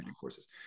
courses